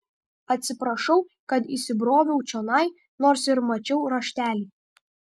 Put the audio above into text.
atsiprašau kad įsibroviau čionai nors ir mačiau raštelį